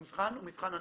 המבחן הוא מבחן ענפי,